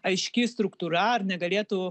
aiški struktūra ar negalėtų